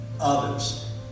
others